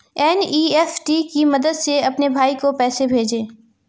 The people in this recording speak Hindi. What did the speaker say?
एन.ई.एफ.टी की मदद से अपने भाई को पैसे भेजें